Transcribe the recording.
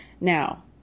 Now